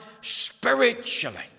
spiritually